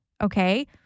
okay